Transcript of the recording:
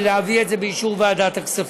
ולהביא את זה באישור ועדת הכספים.